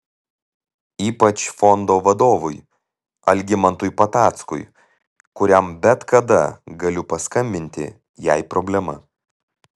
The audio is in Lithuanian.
ypač fondo vadovui algimantui patackui kuriam bet kada galiu paskambinti jei problema